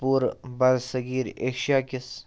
پوٗرٕ برصغیٖرایشیا کِس